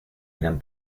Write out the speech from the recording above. gran